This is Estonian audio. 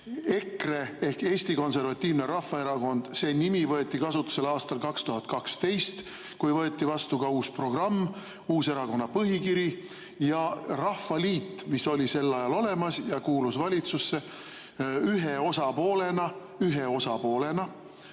EKRE ehk Eesti Konservatiivne Rahvaerakond, see nimi võeti kasutusele aastal 2012, kui võeti vastu ka uus programm, uus erakonna põhikiri. Ja Rahvaliit, mis oli sel ajal olemas ja kuulus valitsusse, ühe osapoolena – ühe osapoolena